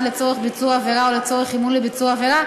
לצורך ביצוע עבירה או לצורך אימון לביצוע עבירה,